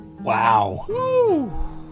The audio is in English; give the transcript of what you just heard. wow